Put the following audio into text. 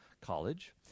College